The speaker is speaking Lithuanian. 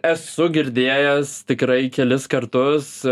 esu girdėjęs tikrai kelis kartus